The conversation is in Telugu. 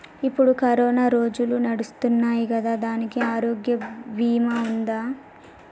ఇప్పుడు కరోనా రోజులు నడుస్తున్నాయి కదా, దానికి ఆరోగ్య బీమా ఉందా?